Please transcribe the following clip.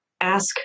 ask